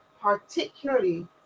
particularly